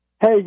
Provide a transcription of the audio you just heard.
Hey